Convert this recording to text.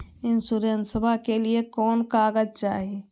इंसोरेंसबा के लिए कौन कागज चाही?